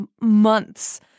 months